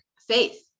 faith